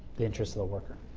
the interest of the worker.